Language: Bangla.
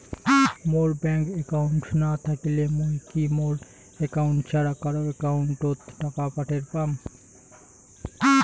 মোর ব্যাংক একাউন্ট না থাকিলে মুই কি মোর একাউন্ট ছাড়া কারো একাউন্ট অত টাকা পাঠের পাম?